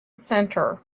centre